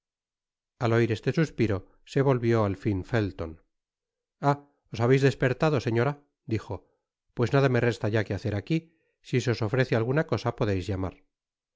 al oír este suspiro se volvió at fin felton ah os habeis despertado señora dijo pues nada me resta ya que hacer aqui si se os ofrece alguna cosa podeis llamar